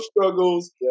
struggles